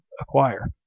acquire